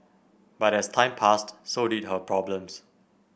but as time passed so did her problems